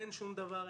אין שום דבר,